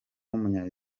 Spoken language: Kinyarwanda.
w’umunya